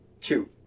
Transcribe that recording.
two